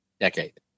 decade